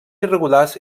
irregulars